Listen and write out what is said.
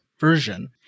version